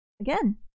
Again